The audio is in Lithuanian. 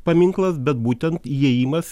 paminklas bet būtent įėjimas